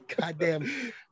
Goddamn